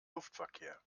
luftverkehr